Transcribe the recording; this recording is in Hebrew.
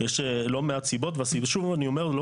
ואני יודע שזה כן